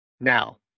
Now